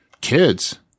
Kids